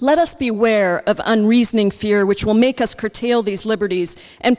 let us be aware of unreasoning fear which will make us curtail these liberties and